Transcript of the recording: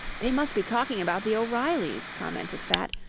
they must be talking about the o'reillys, commented fat.